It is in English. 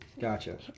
Gotcha